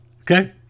Okay